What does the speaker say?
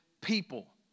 people